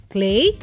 Clay